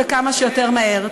וכמה שיותר מהר.